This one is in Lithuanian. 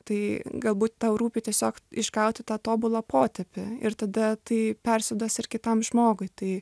tai galbūt tau rūpi tiesiog išgauti tą tobulą potėpį ir tada tai persiduos ir kitam žmogui tai